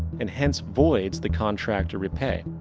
and hence, voids the contract to repay.